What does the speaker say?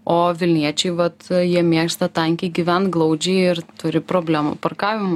o vilniečiai vat jie mėgsta tankiai gyvent glaudžiai ir turi problemų parkavimo